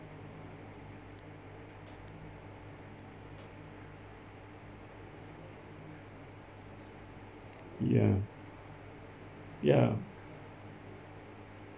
ya ya